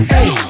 Hey